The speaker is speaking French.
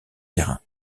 terrain